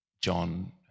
John